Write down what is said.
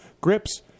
Grips